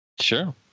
Sure